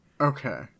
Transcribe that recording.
Okay